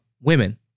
women